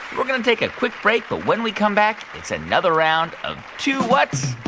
we're going to take a quick break. but when we come back, it's another round of two whats?